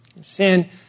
Sin